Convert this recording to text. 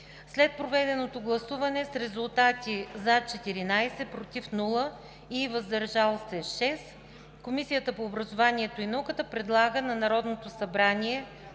След проведено гласуване с резултати 14 „за“, без „против“, 6 „въздържал се“ Комисията по образованието и науката предлага на Народното събрание